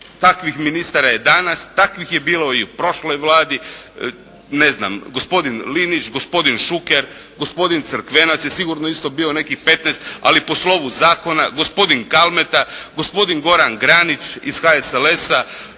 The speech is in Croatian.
takvih ministara je danas. Takvih je bilo i u prošloj Vladi. Ne znam, gospodin Linić, gospodin Šuker, gospodin Crkvenac je sigurno bio isto u nekih petnaest ali po slovu zakona. Gospodin Kalmeta, gospodin Goran Granić iz HSLS-a,